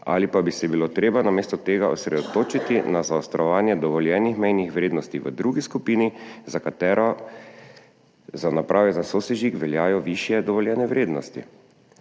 ali pa bi se bilo treba namesto tega osredotočiti na zaostrovanje dovoljenih mejnih vrednosti v drugi skupini, za katero za naprave za sosežig veljajo višje dovoljene vrednosti?